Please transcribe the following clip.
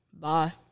Bye